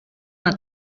una